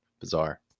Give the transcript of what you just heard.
bizarre